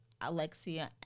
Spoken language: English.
alexia